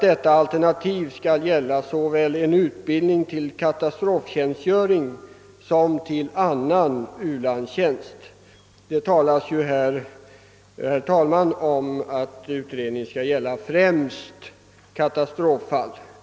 Detta alternativ skall gälla såväl utbildning för katastroftjänstgöring som för annan u-landstjänst. Det talas, herr talman, om att utredningen skall gälla främst katastroffall.